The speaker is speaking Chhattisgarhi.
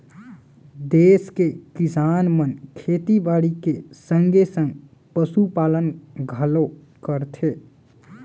देस के किसान मन खेती बाड़ी के संगे संग पसु पालन घलौ करथे